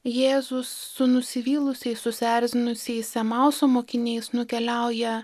jėzus su nusivylusiais susierzinusiais emauso mokiniais nukeliauja